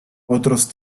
otros